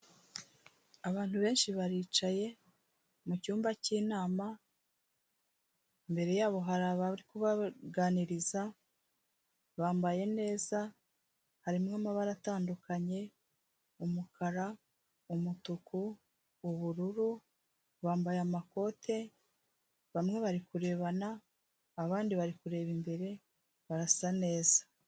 Abantu benshi baricaye mu cyumba cy'inama, mbere yabo hari abari kubaganiriza bambaye neza, harimo amabara atandukanye umukara, umutuku, ubururu, bambaye amakote, bamwe bari kurebana abandi bari kureba imbere, barasa neza.